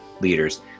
leaders